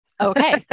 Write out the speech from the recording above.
Okay